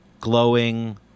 glowing